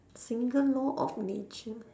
single law of nature